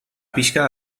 pixka